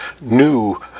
new